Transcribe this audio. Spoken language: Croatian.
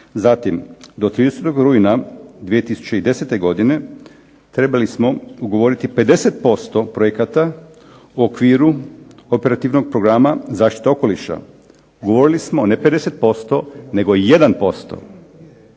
Zatim, do 30. rujna 2010. godine trebali smo ugovoriti 50% projekata u okviru operativnog programa zaštite okoliša. Ugovorili smo ne 50% nego 1%.